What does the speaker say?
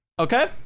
Okay